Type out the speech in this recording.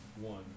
one